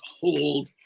hold